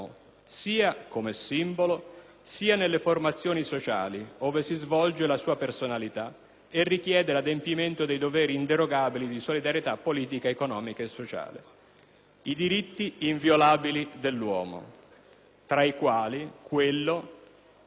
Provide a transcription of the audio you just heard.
sia nelle formazioni sociali ove si svolge la sua personalità, e richiede l'adempimento dei doveri inderogabili di solidarietà politica, economica e sociale». Ebbene, tra i diritti inviolabili dell'uomo, c'è anche quello di poter